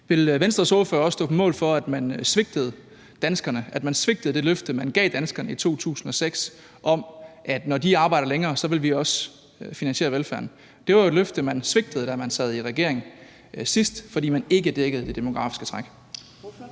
Vil Venstres ordfører også stå på mål for, at man svigtede danskerne, at man svigtede det løfte, som man i 2006 gav danskerne, om, at når de arbejder længere, vil velfærden også blive finansieret? Det var jo et løfte, man svigtede, da man sidst sad i regering, fordi man ikke dækkede det demografiske træk.